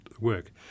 work